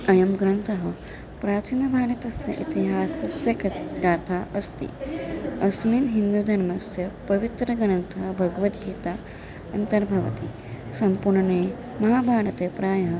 अयं ग्रन्थः प्राचीनभारतस्य इतिहासस्य कस्य गाथा अस्ति अस्मिन् हिन्दुधर्मस्य पवित्रग्रन्थः भगवद्गीता अन्तर्भवति सम्पूर्णे महाभारते प्रायः